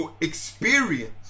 experience